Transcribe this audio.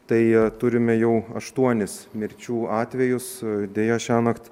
tai turime jau aštuonis mirčių atvejus deja šiąnakt